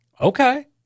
Okay